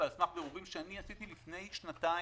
ועל סמך בירורים שאני עשיתי לפני שנתיים,